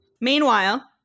Meanwhile